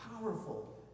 powerful